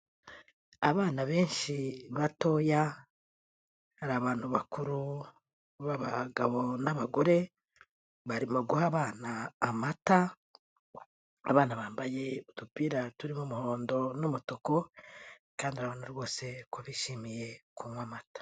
Abana benshi batoya hari abantu bakuru b'abagabo n'abagore barimo guha abana amata, abana bambaye udupira turimo umuhondo n'umutuku kandi arabona rwose ko bishimiye kunywa amata.